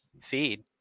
feed